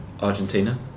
Argentina